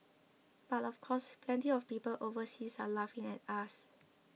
but of course plenty of people overseas are laughing at us